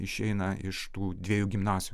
išeina iš tų dviejų gimnazijų